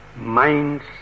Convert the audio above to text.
Mind's